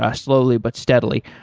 ah slowly but steadily.